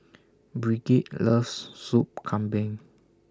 Brigid loves Soup Kambing